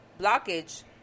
blockage